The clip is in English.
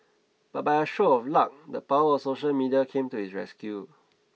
but by a stroke of luck the power of social media came to his rescue